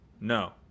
No